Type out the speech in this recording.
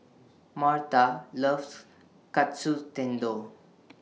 Marta loves Katsu Tendon